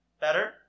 better